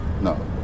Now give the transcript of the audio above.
No